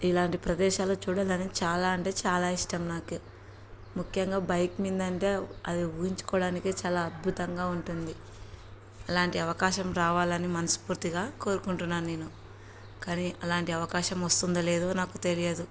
ఇలాంటి ప్రదేశాలు చూడాలని చాలా అంటే చాలా ఇష్టం నాకు ముఖ్యంగా బైక్ మీందంటే అది ఊహంచుకోవడానికి చాలా అద్భుతంగా ఉంటుంది అలాంటి అవకాశం రావాలని మనస్ఫూర్తిగా కోరుకుంటున్నాను నేను కానీ అలాంటి అవకాశం వస్తుందో లేదో నాకు తెలియదు